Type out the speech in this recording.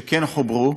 שכן חוברו.